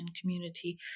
community